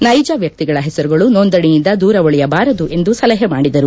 ನೈಜ ವ್ನಕ್ನಿಗಳ ಹೆಸರುಗಳು ನೋಂದಣಿಯಿಂದ ದೂರ ಉಳಿಯಬಾರದು ಎಂದು ಸಲಹೆ ಮಾಡಿದರು